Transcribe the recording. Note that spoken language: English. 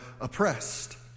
oppressed